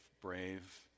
brave